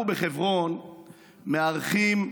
אנחנו בחברון מארחים,